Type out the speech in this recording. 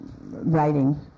writing